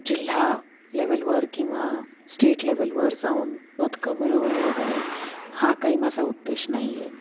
जिल्हा लेवलवर किंवा स्टेट लेवलवर जाऊन पदकं मिळवणं वगैरे हा काही माझा उद्देश नाही आहे